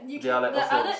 they are like earthworms